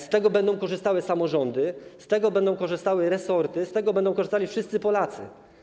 Z tego będą korzystały samorządy, z tego będą korzystały resorty, z tego będą korzystali wszyscy Polacy.